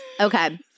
Okay